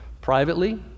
privately